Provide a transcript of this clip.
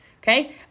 okay